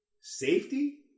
safety